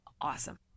awesome